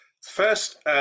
first